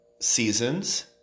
seasons